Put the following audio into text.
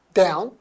down